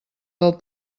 del